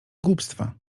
głupstwa